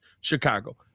Chicago